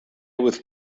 with